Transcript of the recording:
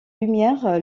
lumière